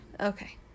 Okay